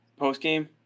postgame